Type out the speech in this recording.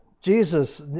Jesus